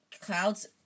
clouds